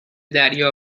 دریا